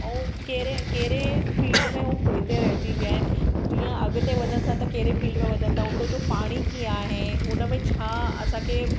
ऐं कहिड़े कहिड़े फिल्ड में उहो पोइ ते रहिजी विया आहिनि जीअं अॻिते वधनि था त कहिड़े फिल्ड में वधनि था उते जो पाणी कीअं आहे हुन में छा असांखे